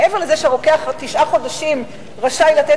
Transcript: מעבר לזה שהרוקח תשעה חודשים רשאי לתת